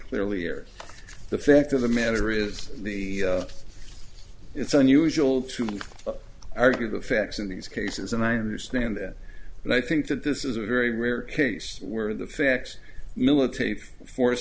clearly are the fact of the matter is the it's unusual to argue the facts in these cases and i understand that but i think that this is a very rare case where the facts militate for